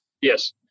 Yes